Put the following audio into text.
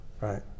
Right